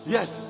Yes